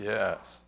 Yes